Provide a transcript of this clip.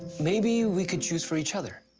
maybe we could choose for each other.